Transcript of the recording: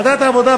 ועדת העבודה,